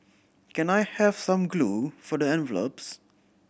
can I have some glue for the envelopes